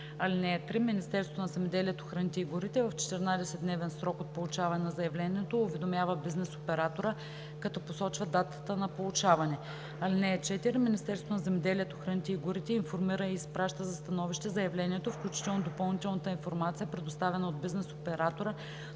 (3) Министерството на земеделието, храните и горите в 14-дневен срок от получаване на заявлението уведомява бизнес оператора, като посочва датата на получаване. (4) Министерството на земеделието, храните и горите информира и изпраща за становище заявлението, включително допълнителната информация, предоставена от бизнес оператора,